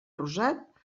rosat